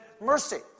mercy